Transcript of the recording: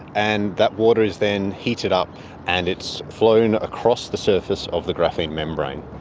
and that water is then heated up and it's flown across the surface of the graphene membrane.